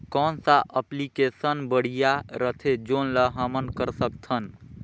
कौन सा एप्लिकेशन बढ़िया रथे जोन ल हमन कर सकथन?